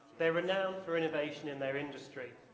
they're renowned for innovation in their industry.